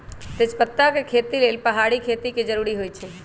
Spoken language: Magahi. तजपत्ता के खेती लेल पहाड़ी खेत के जरूरी होइ छै